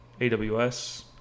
AWS